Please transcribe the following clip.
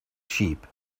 sheep